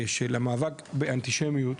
במאבק באנטישמיות,